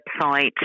website